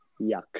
Yuck